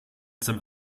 some